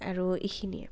আৰু এইখিনিয়ে